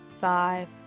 five